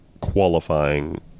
qualifying